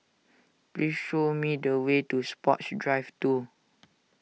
please show me the way to Sports Drive two